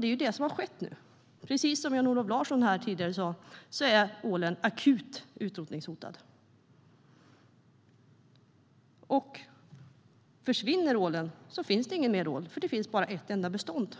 Det är det som har skett nu. Precis som Jan-Olof Larsson sa här tidigare är ålen akut utrotningshotad. Försvinner ålen finns det ingen mer ål, för det finns bara ett enda bestånd.